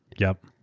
yup.